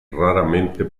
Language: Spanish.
raramente